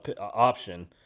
option